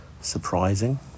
Surprising